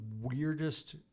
weirdest